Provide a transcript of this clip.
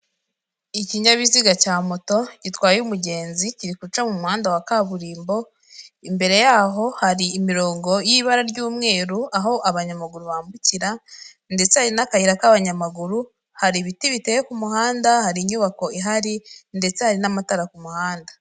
Ikinyabiziga cya moto gitwaye umugenzi kiri guca mu muhanda wa kaburimbo, imbere yaho hari imirongo y'ibara ry'umweru aho abanyamaguru bambukira ndetse hari n'akayira k'abanyamaguru, hari ibiti biteye ku muhanda, hari inyubako ihari ndetse hari n'amatara ku muhanda.